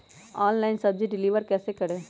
Online सब्जी deliver कैसे करें?